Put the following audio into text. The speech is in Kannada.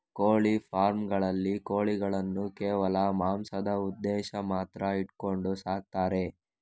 ಕೋಳಿ ಫಾರ್ಮ್ ಗಳಲ್ಲಿ ಕೋಳಿಗಳನ್ನು ಕೇವಲ ಮಾಂಸದ ಉದ್ದೇಶ ಮಾತ್ರ ಇಟ್ಕೊಂಡು ಸಾಕ್ತಾರೆ